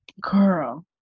girl